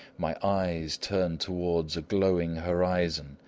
my eyes turn towards a glowing horizon,